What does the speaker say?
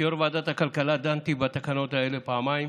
כיו"ר ועדת הכלכלה דנתי בתקנות האלה פעמיים.